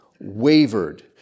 wavered